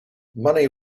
money